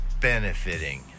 benefiting